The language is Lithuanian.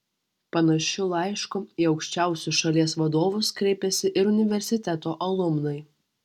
panašiu laišku į aukščiausius šalies vadovus kreipėsi ir universiteto alumnai